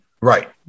Right